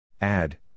Add